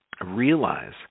realize